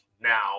now